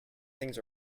things